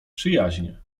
przyjaźnie